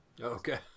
okay